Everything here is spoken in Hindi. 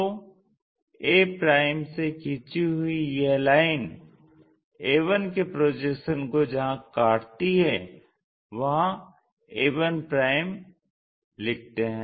तो a से खींची हुए यह लाइन a1 के प्रोजेक्शन को जहां काटती है वहां a1 लिखते हैं